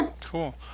Cool